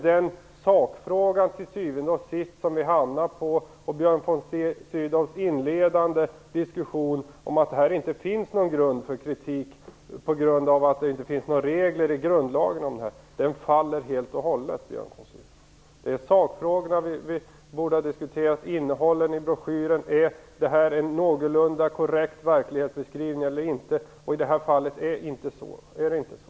Det är sakfrågorna som vi till syvende och sist hamnar på. Björn von Sydows inledande diskussion om att det inte finns någon grund här för kritik på grund av att det inte finns regler i grundlagen om detta faller helt och hållet. Det är alltså sakfrågorna vi borde ha diskuterat, liksom innehållet i broschyren. Vi borde ha frågat: Är det här en någorlunda korrekt verklighetsbeskrivning eller inte? I det här fallet är det inte så.